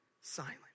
silent